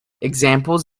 examples